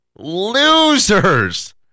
Losers